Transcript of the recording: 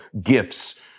gifts